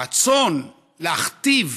הרצון להכתיב